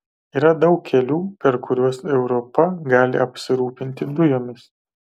yra daug kelių per kuriuos europa gali apsirūpinti dujomis